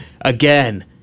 again